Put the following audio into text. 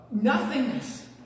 nothingness